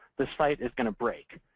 the site is going to break.